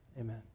Amen